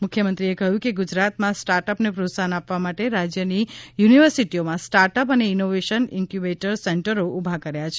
મુખ્યમંત્રીએ કહ્યું કે ગુજરાતમાં સ્ટાર્ટઅપને પ્રોત્સાહન આપવા માટે રાજ્યની યુનિવર્સિટીઓમાં સ્ટાર્ટઅપ અને ઇનોવેશન ઇન્ક્યુબેટર સેન્ટ્રરો ઉભા કર્યા છે